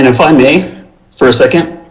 and if i may for a second.